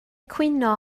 cwyno